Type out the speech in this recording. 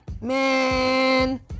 man